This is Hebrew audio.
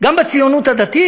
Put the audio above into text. גם בציונות הדתית,